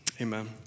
Amen